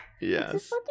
Yes